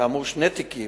כאמור שני תיקים,